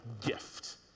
gift